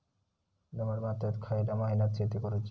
दमट मातयेत खयल्या महिन्यात शेती करुची?